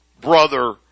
brother